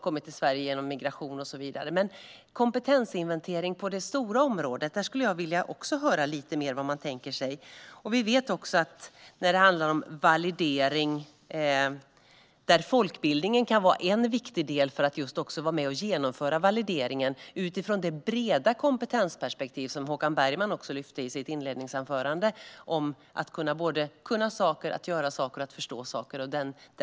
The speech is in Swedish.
Men jag skulle vilja höra lite mer om hur man tänker sig kompetensinventering på det stora området. Folkbildningen kan vara en viktig del i att genomföra valideringen utifrån det breda kompetensperspektiv som Håkan Bergman lyfte fram i sitt inledningsanförande. Det handlar om att kunna saker, göra saker och förstå saker.